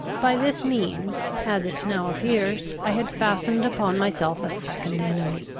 by this means, as it now appears, i had fastened upon myself a second enemy,